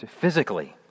physically